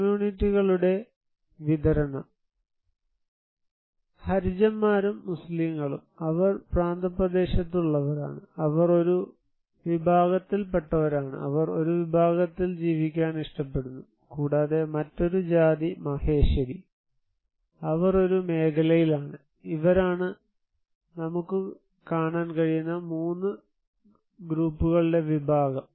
കമ്മ്യൂണിറ്റികളുടെ വിതരണം ഹരിജന്മാരും മുസ്ലിംകളും അവർ പ്രാന്തപ്രദേശത്തുള്ളവരാണ് അവർ ഒരു വിഭാഗത്തിൽപ്പെട്ടവരാണ് അവർ ഒരു വിഭാഗത്തിൽ ജീവിക്കാൻ ഇഷ്ടപ്പെടുന്നു കൂടാതെ മറ്റൊരു ജാതി മഹേശരി അവർ ഒരു മേഖലയിലാണ് ഇവരാണ് നമുക്ക് കാണാൻ കഴിയുന്ന 3 ഗ്രൂപ്പുകളുടെ വിഭാഗം